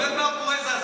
אתה עומד מאחורי זה?